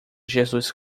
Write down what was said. jesus